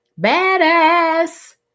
badass